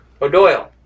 O'Doyle